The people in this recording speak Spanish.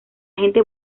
gente